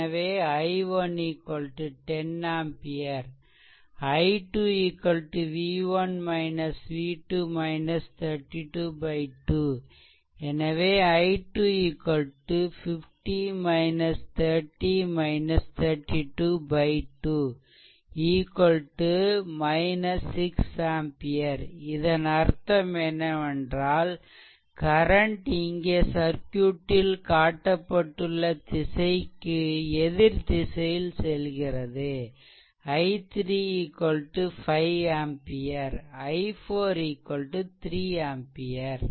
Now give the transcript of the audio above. எனவே i1 10 ampere i2 v1 v2 32 2 எனவே i2 2 6 ampere இதன் அர்த்தம் என்னவென்றால் கரண்ட் இங்கே சர்க்யூட்டில் காட்டப்பட்டுள்ள திசைக்கு எதிர் திசையில் செல்கிறது i3 5 ஆம்பியர் i4 3ஆம்பியர்